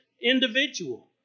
individual